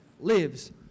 lives